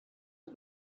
and